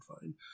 fine